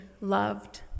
loved